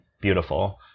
beautiful